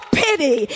pity